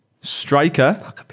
Striker